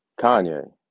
Kanye